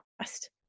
trust